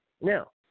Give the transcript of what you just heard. Now